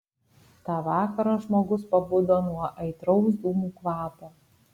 tą vakarą žmogus pabudo nuo aitraus dūmų kvapo